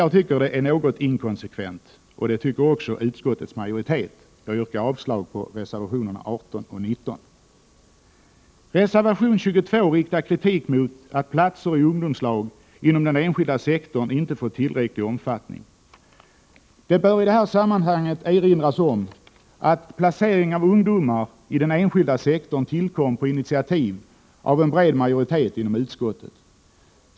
Jag tycker att detta är något inkonsekvent, och det tycker också utskottets majoritet. Jag yrkar avslag på reservationerna 18 och 19. I reservation nr 22 riktas kritik mot att antalet platser i ungdomslag inom den enskilda sektorn inte blivit tillräckligt stort. Det bör erinras om att placering av ungdomar inom den enskilda sektorn tillkom på initiativ av en bred majoritet inom utskottet.